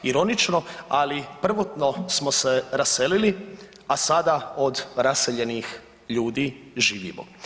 Ironično ali prvotno smo se raselili, a sada od raseljenih ljudi živimo.